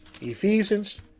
Ephesians